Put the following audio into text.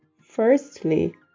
Firstly